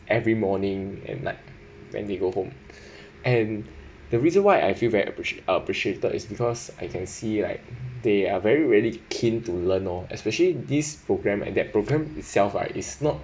every morning and night then they go home and the reason why I feel very apprecia~ appreciated is because I can see like they are very really keen to learn loh especially this programme and that programme itself right is not